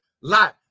life